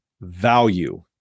value